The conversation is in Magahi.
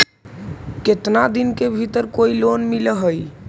केतना दिन के भीतर कोइ लोन मिल हइ?